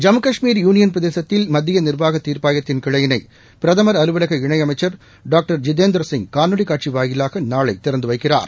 Jammu Kashmir union பிரதேசத்தில் மத்திய நிர்வாக தீர்ப்பாயத்தின் கிளையினை பிரதம் அலுவலக இணை அமைச்சர் டாக்டர் ஜிதேந்திரசிங் காணொலி காட்சி வாயிலாக நாளை திறந்து வைக்கிறார்